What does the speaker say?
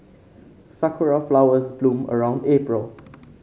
sakura flowers bloom around April